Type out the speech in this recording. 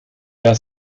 der